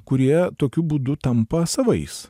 kurie tokiu būdu tampa savais